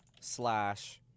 slash